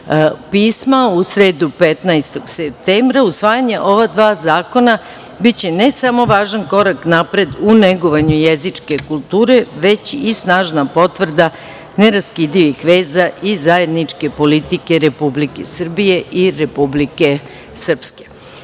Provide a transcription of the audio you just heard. pisma u sredu, 15. septembra, usvajanje ova dva zakona biće ne samo važan korak napred u negovanju jezičke kulture, već i snažna potvrda neraskidivih veza i zajedničke politike Republike Srbije i Republike Srpske. Kao